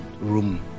room